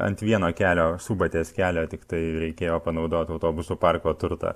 ant vieno kelio subatės kelio tiktai reikėjo panaudot autobusų parko turtą